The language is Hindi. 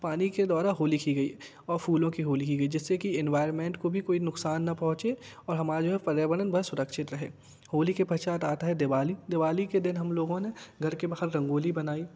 पानी के द्वारा होली की गई और फूलों की होली की गई जिससे कि एनवायर्मेंट को भी कोई नुक्सान न पहुँचे और हमारा जो है पर्यावरण वह सुरक्षित रहे होली के पश्चात आता है दिवाली दिवाली के दिन हम लोगों ने घर के बाहर रंगोली बनाई